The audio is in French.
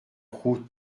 route